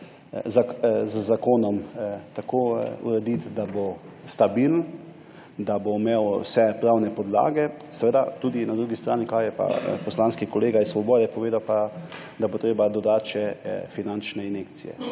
z zakonom tako urediti, da bo stabilen, da bo imel vse pravne podlage, na drugi strani pa tudi, kar je pa poslanski kolega iz Svobode povedal, bo treba dodati še finančne injekcije.